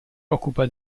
occupa